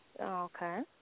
Okay